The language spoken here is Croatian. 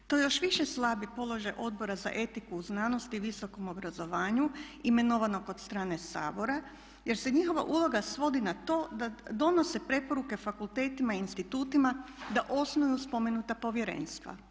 To još više slabi položaj Odbora za etiku, znanost i visokom obrazovanju imenovanog od strane Sabora jer se njihova uloga svodi na to da donose preporuke fakultetima i institutima da osnuju spomenuta povjerenstva.